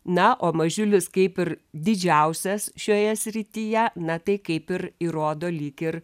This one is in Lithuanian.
na o mažiulis kaip ir didžiausias šioje srityje na tai kaip ir įrodo lyg ir